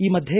ಈ ಮಧ್ಯೆ